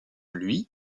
lui